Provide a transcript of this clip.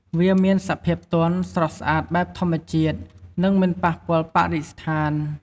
វាមានសភាពទន់ ស្រស់ស្អាតបែបធម្មជាតិ និងមិនប៉ះពាល់បរិស្ថាន។